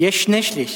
יש שני-שליש.